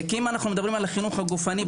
אם אנחנו מדברים על החינוך הגופני,